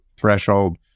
threshold